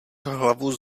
hlavu